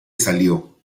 salió